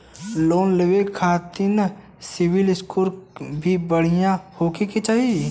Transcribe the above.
Loan लेवे के खातिन सिविल स्कोर भी बढ़िया होवें के चाही?